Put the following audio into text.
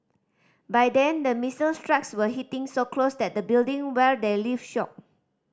by then the missile strikes were hitting so close that the building where they lived shook